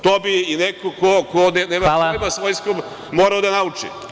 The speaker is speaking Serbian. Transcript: To bi neko ko nema svoj um morao da nauči.